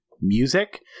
music